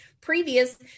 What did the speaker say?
previous